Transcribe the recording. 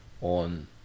on